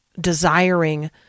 desiring